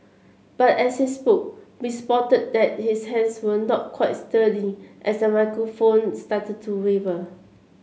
but as he spoke we spotted that his hands were not quite sturdy as the microphone started to waver